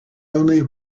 only